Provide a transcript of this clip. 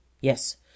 Yes